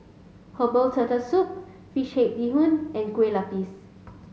herbal turtle soup fish head Bee Hoon and Kueh Lapis